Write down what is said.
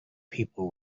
people